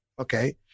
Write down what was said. Okay